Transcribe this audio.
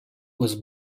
was